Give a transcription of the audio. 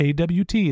AWT